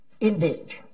Indeed